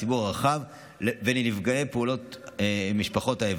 לציבור הרחב ולמשפחות נפגעי פעולות האיבה.